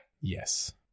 Yes